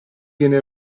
viene